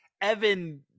Evan